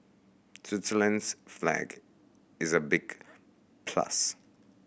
Switzerland's flag is a big plus